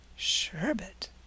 Sherbet